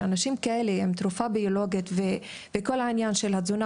שאנשים כאלה עם תרופה ביולוגית ולא מודעים לכל עניין התזונה,